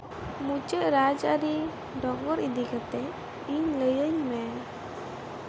ᱢᱩᱪᱟᱹᱫ ᱨᱟᱡᱽᱟᱹᱨᱤ ᱫᱚ ᱰᱚᱜᱚᱨ ᱤᱫᱤ ᱠᱟᱛᱮᱜ ᱤᱧ ᱞᱟᱹᱭᱟᱹᱧ ᱢᱮ